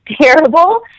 terrible